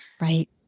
right